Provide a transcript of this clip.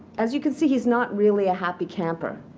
as you can see, he's not really a happy camper.